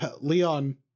leon